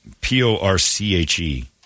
P-O-R-C-H-E